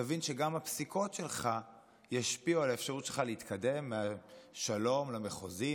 תבין שגם הפסיקות שלך ישפיעו על האפשרות שלך להתקדם משלום למחוזי,